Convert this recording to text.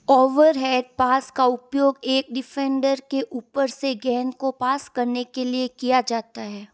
overhead pass का उपयोग एक डिफेंडर के ऊपर से गेंद को पास करने के लिए किया जाता है